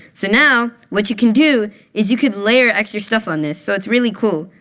so now what you can do is you can layer extra stuff on this. so it's really cool.